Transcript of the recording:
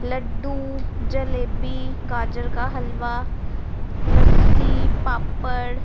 ਲੱਡੂ ਜਲੇਬੀ ਗਾਜਰ ਕਾ ਹਲਵਾ ਲੱਸੀ ਪਾਪੜ